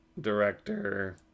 director